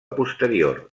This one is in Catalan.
posterior